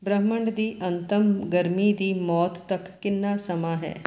ਬ੍ਰਹਿਮੰਡ ਦੀ ਅੰਤਮ ਗਰਮੀ ਦੀ ਮੌਤ ਤੱਕ ਕਿੰਨਾ ਸਮਾਂ ਹੈ